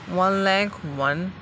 one lakh one